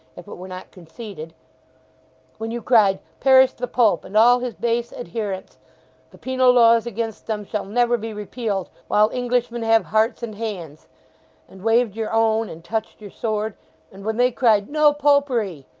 if it were not conceded when you cried perish the pope and all his base adherents the penal laws against them shall never be repealed while englishmen have hearts and hands and waved your own and touched your sword and when they cried no popery!